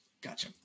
Gotcha